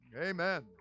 Amen